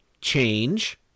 change